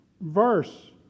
Verse